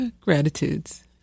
Gratitudes